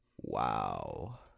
Wow